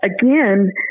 again